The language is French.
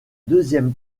deuxième